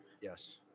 Yes